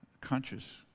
conscious